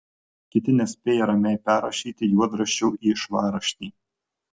kiti nespėja ramiai perrašyti juodraščio į švarraštį